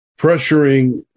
pressuring